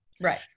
Right